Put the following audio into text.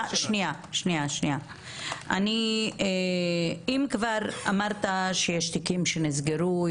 אם כבר אמרת שיש תיקים שנסגרו,